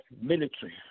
military